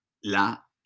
la